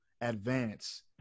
advance